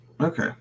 Okay